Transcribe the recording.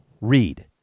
read